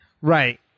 Right